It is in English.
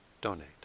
donate